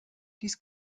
dies